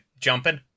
jumping